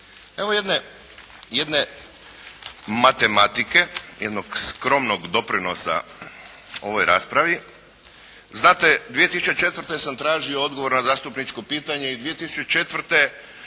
Evo jedne matematike, jednog skromnog doprinosa ovoj raspravi. Znate, 2004. sam tražio odgovor na zastupničko pitanje i 2004.